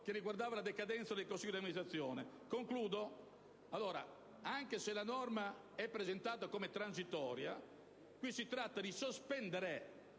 relativo alla decadenza del consiglio di amministrazione. Concludo affermando che, anche se la norma è presentata come transitoria, si tratta di sospendere